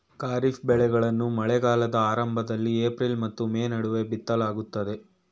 ಖಾರಿಫ್ ಬೆಳೆಗಳನ್ನು ಮಳೆಗಾಲದ ಆರಂಭದಲ್ಲಿ ಏಪ್ರಿಲ್ ಮತ್ತು ಮೇ ನಡುವೆ ಬಿತ್ತಲಾಗುತ್ತದೆ